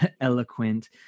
eloquent